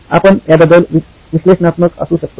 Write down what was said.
आपण याबद्दल आपण विश्लेषणात्मक असू शकतो